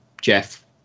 jeff